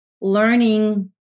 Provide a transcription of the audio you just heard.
learning